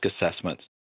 assessments